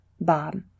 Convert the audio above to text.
Bob